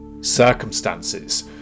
circumstances